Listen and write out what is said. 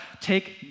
take